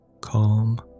Calm